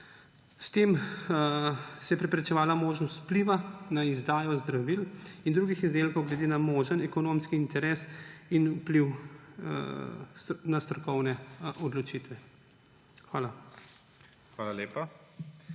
S tem se je preprečevala možnost vpliva na izdajo zdravil in drugih izdelkov glede na možen ekonomski interes in vpliv na strokovne odločitve. Hvala. PREDSEDNIK